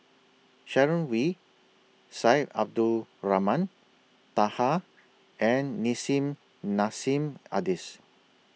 Sharon Wee Syed Abdulrahman Taha and Nissim Nassim Adis